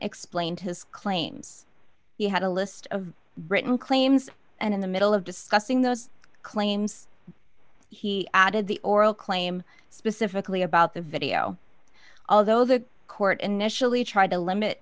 explained his claims he had a list of britain claims and in the middle of discussing those claims he added the oral claim specifically about the video although the court initially tried to limit